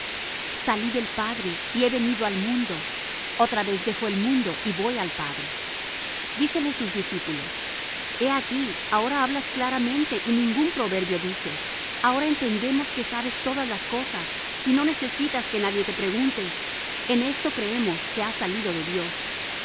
salí del padre y he venido al mundo otra vez dejo el mundo y voy al padre dícenle sus discípulos he aquí ahora hablas claramente y ningún proverbio dices ahora entendemos que sabes todas las cosas y no necesitas que nadie te pregunte en esto creemos que has salido de dios